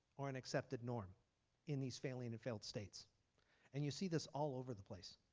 or an accepted norm in these failing and failed states and you see this all over the place.